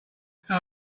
how